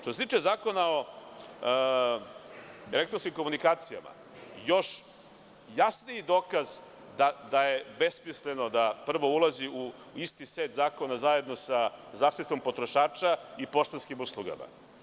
Što se tiče Zakona o elektronskim komunikacijama, još jasniji dokaz da je besmisleno da prvo ulazi u isti set zakona zajedno sa zaštitom potrošača i poštanskim uslugama.